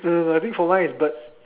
no no I think for mine is bird